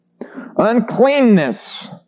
Uncleanness